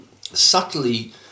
subtly